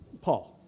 Paul